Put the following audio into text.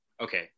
Okay